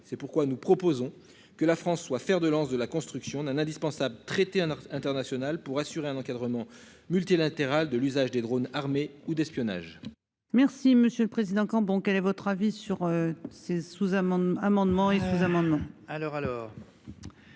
C'est pourquoi nous proposons que la France soit fer de lance de la construction d'un indispensable traité. International pour assurer un encadrement multilatéral de l'usage des drônes, armés ou d'espionnage. Merci Monsieur le Président quand bon quel est votre avis sur ces sous-amendements, amendements